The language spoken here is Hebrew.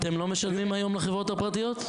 אתם לא משלמים היום לחברות הפרטיות?